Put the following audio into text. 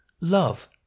love